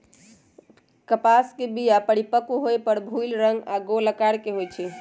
कपास के बीया परिपक्व होय पर भूइल रंग आऽ गोल अकार के होइ छइ